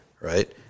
right